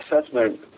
assessment